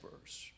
verse